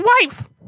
wife